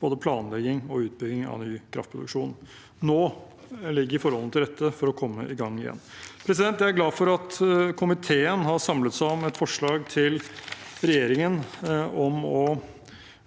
både planlegging og utbygging av ny kraftproduksjon. Nå ligger forholdene til rette for å komme i gang igjen. Jeg er glad for at komiteen har samlet seg om